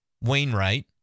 Wainwright